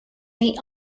may